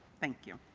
thank you.